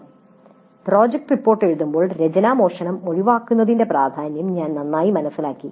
"project report എഴുതുമ്പോൾ രചനാമോഷണം ഒഴിവാക്കുന്നതിന്റെ പ്രാധാന്യം ഞാൻ നന്നായി മനസ്സിലാക്കി"